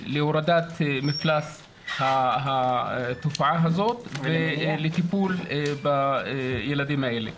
להורדת מפלס התופעה הזאת ולטיפול בילדים האלה.